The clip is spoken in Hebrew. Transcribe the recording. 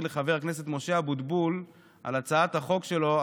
לחבר הכנסת משה אבוטבול על הצעת החוק שלו.